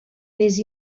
més